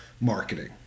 marketing